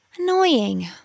Annoying